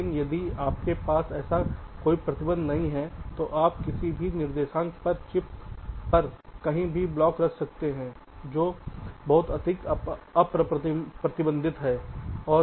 लेकिन यदि आपके पास ऐसा कोई प्रतिबंध नहीं है तो आप किसी भी निर्देशांक पर चिप पर कहीं भी ब्लॉक रख सकते हैं जो बहुत अधिक अप्रतिबंधित है